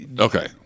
Okay